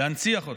להנציח אותה.